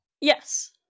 Yes